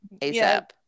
ASAP